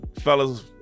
fellas